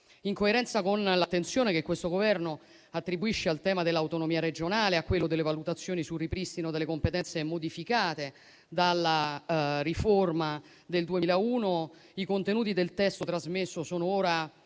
In coerenza con l'attenzione che questo Governo attribuisce al tema dell'autonomia regionale, a quello delle valutazioni sul ripristino delle competenze modificate dalla riforma del 2001, i contenuti del testo trasmesso sono ora